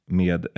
med